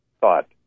thought